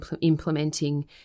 implementing